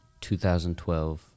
2012